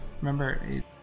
Remember